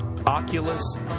Oculus